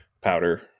powder